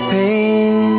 pain